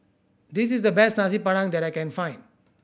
this is the best Nasi Padang that I can find